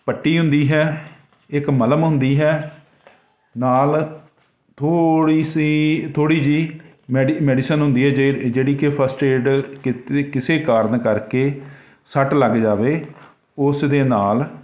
ਪੱਟੀ ਹੁੰਦੀ ਹੈ ਇੱਕ ਮਲ੍ਹਮ ਹੁੰਦੀ ਹੈ ਨਾਲ ਥੋੜ੍ਹੀ ਸੀ ਥੋੜ੍ਹੀ ਜਿਹੀ ਮੈਡੀ ਮੈਡੀਸਨ ਹੁੰਦੀ ਹੈ ਜੇ ਜਿਹੜੀ ਕਿ ਫਸਟ ਏਡ ਕਿ ਕਿਸੇ ਕਾਰਨ ਕਰਕੇ ਸੱਟ ਲੱਗ ਜਾਵੇ ਉਸ ਦੇ ਨਾਲ